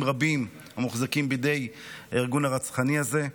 רבים המוחזקים בידי הארגון הרצחני הזה.